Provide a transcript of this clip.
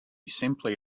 simply